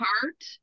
heart